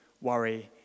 worry